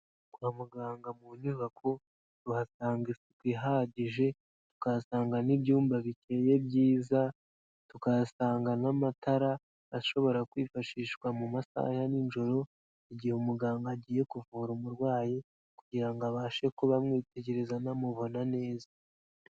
Kwa muganga mu nyubako tuhatanga isuku ihagije, tukahasanga n'ibyumba bikeye byiza, tukahasanga n'amatara ashobora kwifashishwa mu masaha ya ninjoro igihe umuganga agiye kuvura umurwayi kugira ngo abashe kuba amwitegereza anamubona neza.